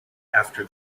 after